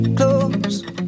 close